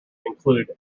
include